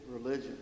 religion